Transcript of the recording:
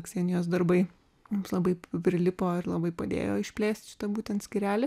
ksenijos darbai mums labai prilipo ir labai padėjo išplėsti šitą būtent skyrelį